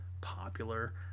popular